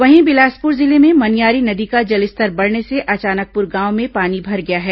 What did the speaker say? वहीं बिलासपुर जिले में मनियारी नदी का जलस्तर बढ़ने से अचानकपुर गांव में पानी भर गया है